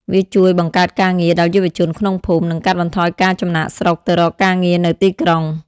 វាជួយ បង្កើតការងារ ដល់យុវជនក្នុងភូមិ និងកាត់បន្ថយការចំណាកស្រុកទៅរកការងារនៅទីក្រុង។